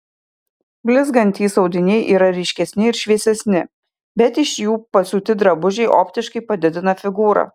blizgantys audiniai yra ryškesni ir šviesesni bet iš jų pasiūti drabužiai optiškai padidina figūrą